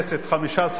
חמישה שרים,